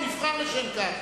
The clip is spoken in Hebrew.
הוא נבחר לשם כך.